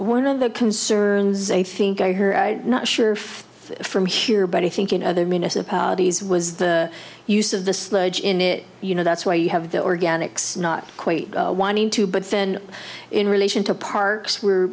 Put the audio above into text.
one of the concerns i think i hear i not sure if from here but i think in other municipalities was the use of the sludge in it you know that's where you have the organics not quite wanting to but then in relation to parks where